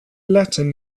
latin